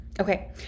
Okay